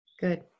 Good